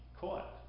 caught